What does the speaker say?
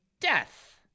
death